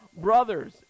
brothers